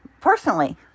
Personally